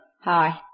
Hi